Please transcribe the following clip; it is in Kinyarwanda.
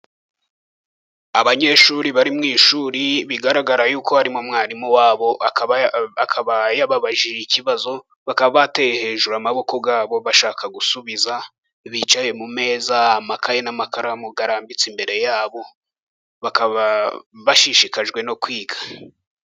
Abanyeshuri bari mu ishuri, bigaragara yuko harimo umwarimu wabo akaba yababajije ikibazo, bakaba bateye hejuru amaboko yabobo bashaka gusubiza. Bicaye mu meza amakaye n'amakaramu barambitse imbere yabo, bakaba bashishikajwe no kwiga.